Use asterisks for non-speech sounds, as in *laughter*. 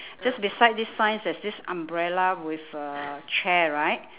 *breath* just beside this signs there's this umbrella with a chair right